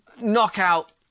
knockout